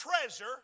treasure